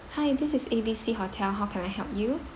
hi this is A B C hotel how can I help you